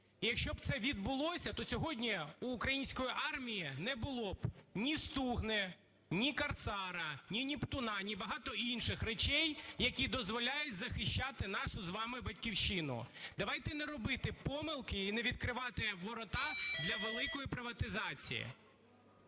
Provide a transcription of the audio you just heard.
І якщо б це відбулося, то сьогодні у української армії не було б ні "Стугни", ні "Корсара", ні "Нептуна", ні багато інших речей, які дозволяють захищати нашу з вами Батьківщину. Давайте не робити помилки і не відкривати ворота для великої приватизації.